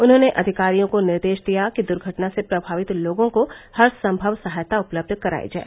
उन्होंने अधिकारियों को निर्देश दिया कि दुर्घटना से प्रभावित लोगों को हरसंमव सहायता उपलब्ध करायी जाए